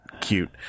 cute